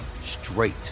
straight